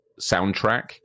soundtrack